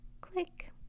Click